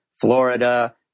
Florida